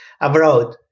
abroad